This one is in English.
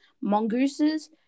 mongooses